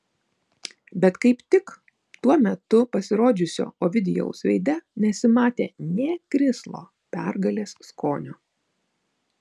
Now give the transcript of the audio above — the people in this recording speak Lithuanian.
bet kaip tik tuo metu pasirodžiusio ovidijaus veide nesimatė nė krislo pergalės skonio